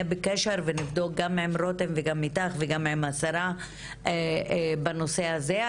בקשר ונבדוק גם עם רותם וגם איתך וגם עם השרה בנושא הזה.